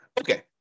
Okay